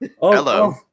Hello